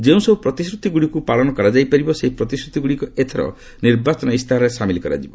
ଯେଉଁସବୁ ପ୍ରତିଶ୍ରତିଗୁଡ଼ିକୁ ପାଳନ କରାଯାଇପାରିବ ସେହି ପ୍ରତିଶ୍ରତିଗୁଡ଼ିକ ଏଥର ନିର୍ବାଚନ ଇସ୍ତାହାରରେ ସାମିଲ କରାଯିବ